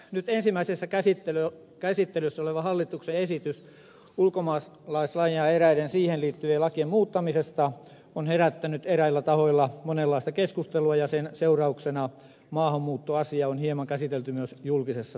nyt ensimmäisessä käsittelyssä oleva hallituksen esitys ulkomaalaislain ja eräiden siihen liittyvien lakien muuttamisesta on herättänyt eräillä tahoilla monenlaista keskustelua ja sen seurauksena maahanmuuttoasiaa on hieman käsitelty myös julkisessa sanassa